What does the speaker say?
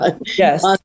Yes